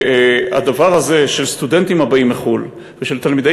והדבר הזה של סטודנטים הבאים מחוץ-לארץ ושל תלמידי